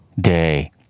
day